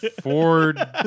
Ford